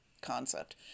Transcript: concept